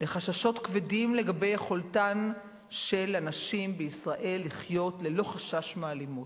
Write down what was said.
לחששות כבדים לגבי יכולתן של הנשים בישראל לחיות ללא חשש מאלימות,